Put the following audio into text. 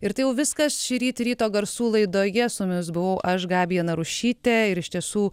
ir tai jau viskas šįryt ryto garsų laidoje su mumis buvau aš gabija narušytė ir iš tiesų